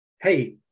hey